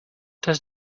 does